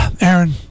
Aaron